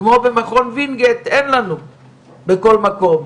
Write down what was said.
כמו במכון וינגייט אין לנו בכל מקום,